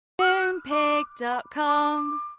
Moonpig.com